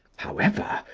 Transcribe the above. however,